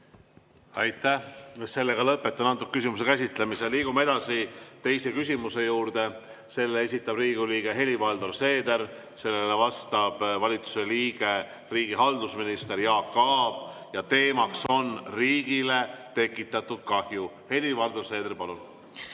Aitäh! Lõpetan selle küsimuse käsitlemise. Liigume edasi teise küsimuse juurde. Selle esitab Riigikogu liige Helir-Valdor Seeder, sellele vastab valitsusliige riigihalduse minister Jaak Aab ja teema on riigile tekitatud kahju. Helir-Valdor Seeder, palun!